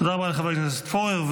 תודה רבה לחבר הכנסת פורר.